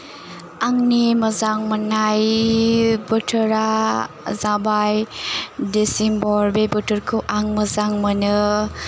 आंनि मोजां मोन्नाय बोथोरा जाबाय डिसिम्बर बे बोथोरखौ आं मोजां मोनो